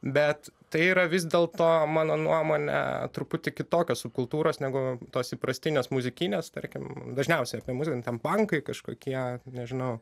bet tai yra vis dėlto mano nuomone truputį kitokia subkultūros negu tos įprastinės muzikinės tarkim dažniausiai apie muziką ten pankai kažkokie nežinau